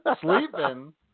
Sleeping